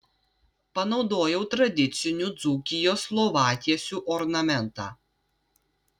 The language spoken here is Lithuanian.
panaudojau tradicinių dzūkijos lovatiesių ornamentą